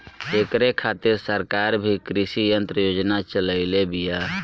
ऐकरे खातिर सरकार भी कृषी यंत्र योजना चलइले बिया